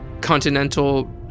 continental